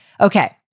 Okay